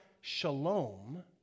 shalom